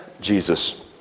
Jesus